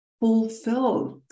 fulfilled